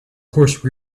horse